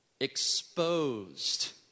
exposed